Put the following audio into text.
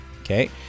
okay